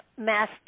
mass